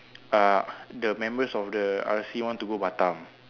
uh the members of the R_C want to go Batam